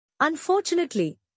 Unfortunately